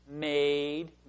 made